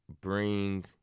bring